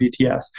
BTS